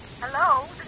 Hello